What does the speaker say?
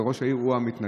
ושראש העיר המתנגד.